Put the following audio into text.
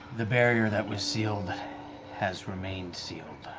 the barrier that was sealed has remained sealed,